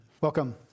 welcome